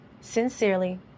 Sincerely